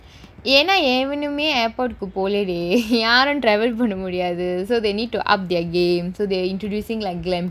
ஏன்னா எவனுமே:yaennaa evanumae airport கு போலடி:ku poladi யாரும்:yaarum travel பண்ண முடியாது:panna mudiyaathu so they need to up their game they were introducing like glaming and all